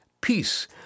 Peace